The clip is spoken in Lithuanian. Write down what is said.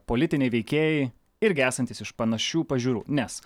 politiniai veikėjai irgi esantys iš panašių pažiūrų nes